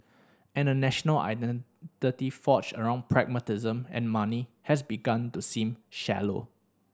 and a national identity forged around pragmatism and money has begun to seem shallow